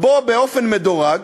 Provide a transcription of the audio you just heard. באופן מדורג